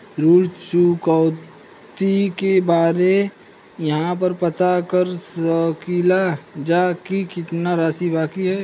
ऋण चुकौती के बारे इहाँ पर पता कर सकीला जा कि कितना राशि बाकी हैं?